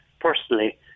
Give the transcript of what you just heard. personally